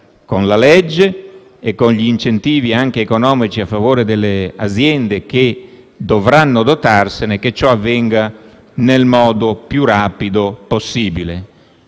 con la legge e con gli incentivi, anche economici, a favore delle aziende che dovranno dotarsene, che ciò avvenga nel modo più rapido possibile.